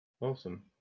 awesome